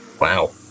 Wow